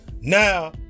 Now